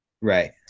right